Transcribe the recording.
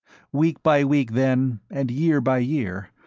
week by week, then, and year by year,